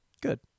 Good